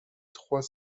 trois